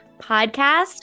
Podcast